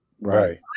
Right